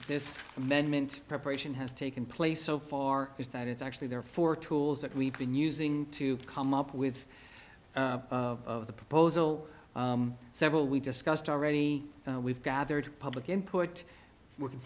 this amendment preparation has taken place so far is that it's actually there for tools that we've been using to come up with of the proposal several we discussed already we've gathered public input working